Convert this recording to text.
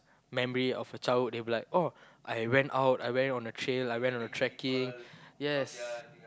memory of a childhood they'll be like oh I went out I went on a trail I went on a trekking yes